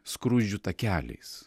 skruzdžių takeliais